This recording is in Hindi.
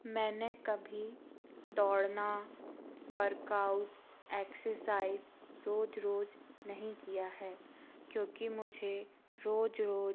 मैंने कभी दौड़ना वर्कआउट एक्सरसाइज़ रोज रोज नहीं किया है क्योंकि मुझे रोज रोज